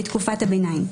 בתקופת הביניים,